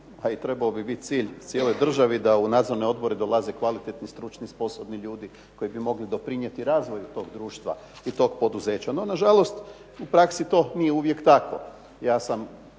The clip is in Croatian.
a i trebao bi biti cilj da u nadzorne odbore dolaze kvalitetni, stručni, sposobni ljudi koji bi mogli doprinijeti razvoju tog društva i tog poduzeća. No nažalost, u praksi to nije uvijek tako. Ja sam,